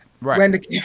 Right